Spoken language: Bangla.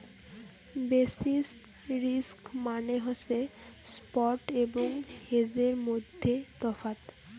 বেসিস রিস্ক মানে হসে স্পট এবং হেজের মইধ্যে তফাৎ